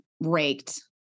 raked